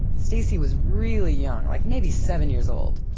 stacy was really young, like maybe seven years old.